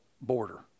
border